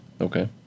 Okay